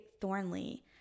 thornley